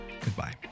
goodbye